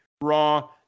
Raw